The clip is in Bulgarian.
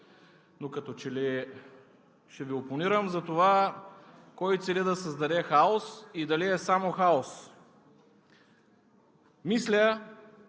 Но като че ли ще Ви опонирам за това кой цели да създаде хаос и дали е само хаос. Мисля,